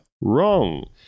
Wrong